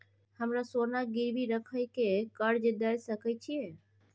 हमरा सोना गिरवी रखय के कर्ज दै सकै छिए?